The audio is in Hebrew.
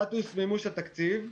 סטטוס מימוש התקציב.